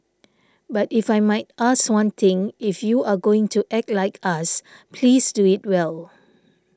but if I might ask one thing if you are going to act like us please do it well